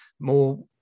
more